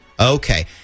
Okay